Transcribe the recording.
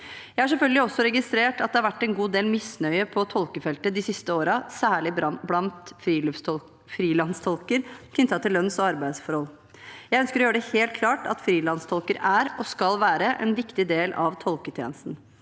Jeg har selvfølgelig også registrert at det har vært en god del misnøye på tolkefeltet de siste årene, særlig blant frilanstolker knyttet til lønns- og arbeidsforhold. Jeg ønsker å gjøre det helt klart at frilanstolker er, og skal være, en viktig del av tolketjenesten.